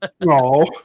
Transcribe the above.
No